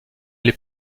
les